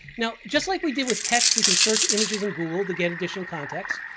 now just like we did with text we can search images in google to get additional context.